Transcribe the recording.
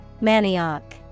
Manioc